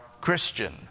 Christian